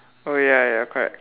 oh ya ya correct